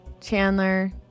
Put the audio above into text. Chandler